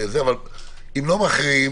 ואם לא מכריעים